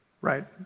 right